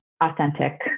authentic